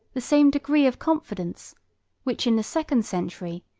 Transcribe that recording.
the same degree of confidence which, in the second century,